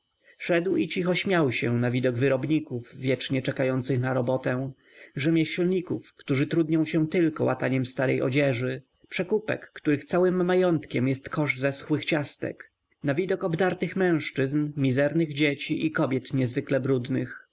szedł i cicho śmiał się na widok wyrobników wiecznie czekających na robotę rzemieślników którzy trudnią się tylko łataniem starej odzieży przekupek których całym majątkiem jest kosz zeschłych ciastek na widok obdartych mężczyzn mizernych dzieci i kobiet niezwykle brudnych